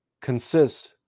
consist